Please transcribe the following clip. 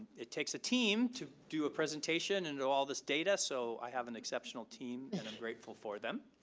it takes a team to do a presentation and do all this data, so i have an exceptional team and i'm grateful for them,